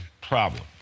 problem